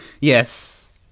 Yes